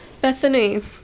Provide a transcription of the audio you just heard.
Bethany